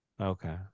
Okay